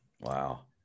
Wow